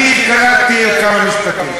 אני קלטתי כמה משפטים.